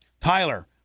tyler